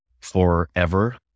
forever